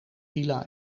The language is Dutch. villa